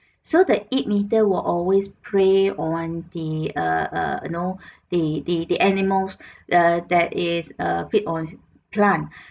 so the meat eater will always prey on the err err you know the the the animals err that is err feed on plant